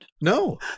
No